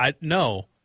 No